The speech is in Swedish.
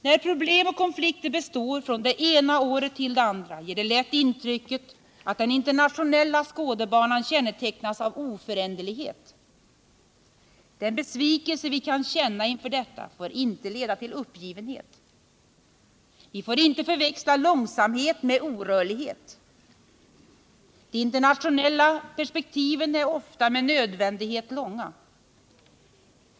När problem och konflikter består från det ena året till det andra ger det lätt intrycket att den internationella skådebanan kännetecknas av oföränderlighet. Den besvikelse vi kan känna inför detta får inte leda till uppgivenhet. Vi får inte förväxla långsamhet med orörlighet. De internationella perspektiven är ofta med nödvändighet långa.